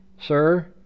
sir